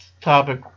topic